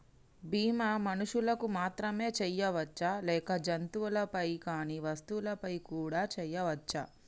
బీమా మనుషులకు మాత్రమే చెయ్యవచ్చా లేక జంతువులపై కానీ వస్తువులపై కూడా చేయ వచ్చా?